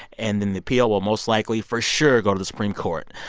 and then the appeal will most likely, for sure, go to the supreme court.